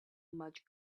much